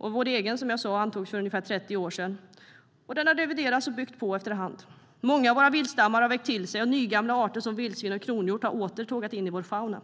Vår nuvarande jaktlag antogs för snart 30 år sedan, och den har därefter reviderats och byggts på i efterhand. Många av viltstammarna har växt till sig, och nygamla arter som vildsvin och kronhjort har återigen tågat in i vår fauna.